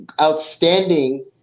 outstanding